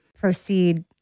proceed